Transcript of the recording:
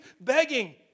begging